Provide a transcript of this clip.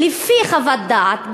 לפי חוות דעת,